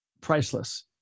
priceless